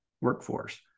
workforce